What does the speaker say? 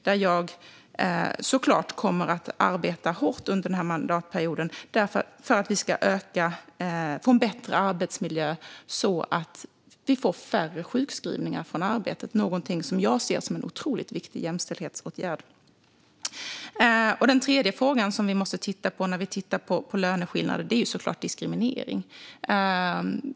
Jag kommer såklart att arbeta hårt under denna mandatperiod för att vi ska få en bättre arbetsmiljö så att vi får färre sjukskrivningar från arbetet, någonting som jag ser som en otroligt viktig jämställdhetsåtgärd. En tredje fråga vi måste titta på när vi tittar på löneskillnader är såklart diskriminering.